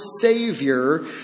savior